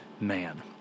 man